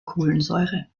kohlensäure